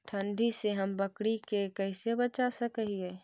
ठंडी से हम बकरी के कैसे बचा सक हिय?